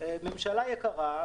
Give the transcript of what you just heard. ממשלה יקרה,